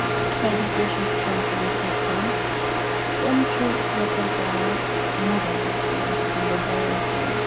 education چھِ complete گژھان تِم چھِ پرٛیٚفر کران نیٚبر گژھُن یِتھٕ کٔنۍ دُبٮٔی ٲسِنۍ